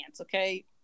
okay